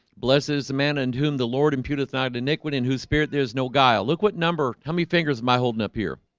blesses a man and whom the lord imputeth not iniquity in whose spirit there is no guile look what number how many fingers am i holding up here?